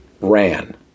ran